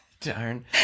darn